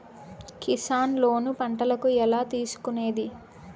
Kisan loan పంటలకు ఎలా తీసుకొనేది?